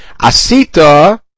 Asita